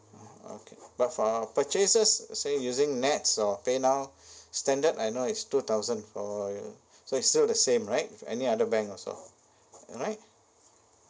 oo okay but for purchases say using nets or paynow standard I know it's two thousand for so it's still the same right if any other bank also alright